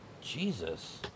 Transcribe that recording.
Jesus